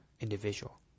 individual